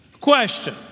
Question